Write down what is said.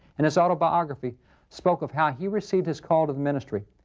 in his autobiography spoke of how he received his call to the ministry.